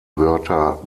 wörter